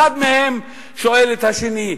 אחד מהם שואל את השני: